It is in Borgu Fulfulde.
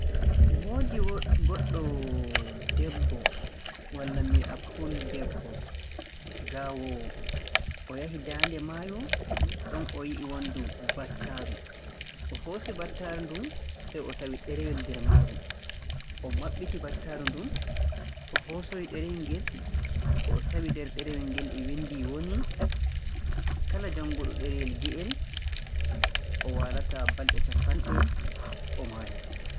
Woodi goɗɗo debbo walla mi wi'a puldebbo, gaawoowo, o yahi daande maayo. Ɗon o yi'i wonndu battaaru. O hoosi battaaru ndun, sey o tawi ɗerewel nder maaru. O maɓɓiti battaaru ndun, o hoosoyi ɗerewel ngel. Ko o tawi ɗerewel ngel e winndii woni "kala jannguɗo ɗerewel nge'el o waalataa balɗe cappanɗe o maayay".